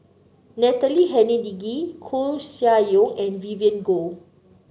Natalie Hennedige Koeh Sia Yong and Vivien Goh